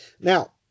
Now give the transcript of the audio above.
Now